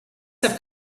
have